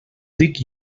dic